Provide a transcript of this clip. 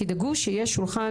תדאגו שיהיה שולחן